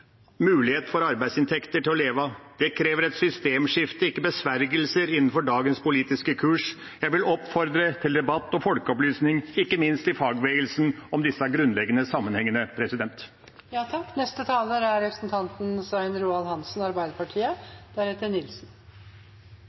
mulighet til arbeidsinntekter å leve av. Det krever et systemskifte, ikke besvergelser innenfor dagens politiske kurs. Jeg vil oppfordre til debatt og folkeopplysning, ikke minst i fagbevegelsen, om disse grunnleggende sammenhengene. Regjeringens politikk de siste fire årene har gjort veien fra der vi er,